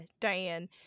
Diane